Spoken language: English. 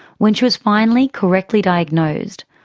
when she was finally correctly diagnosed,